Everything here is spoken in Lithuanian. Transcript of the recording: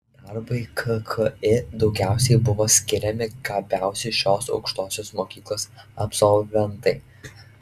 darbui kki daugiausiai buvo skiriami gabiausi šios aukštosios mokyklos absolventai